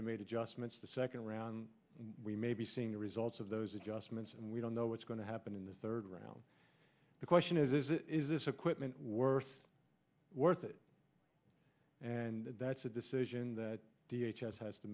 they made adjustments the second round we may be seeing the results of those adjustments and we don't know what's going to happen in the third round the question is is this equipment worse worth it and that's a decision that d h has has to